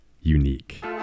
unique